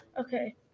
okay